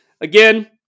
again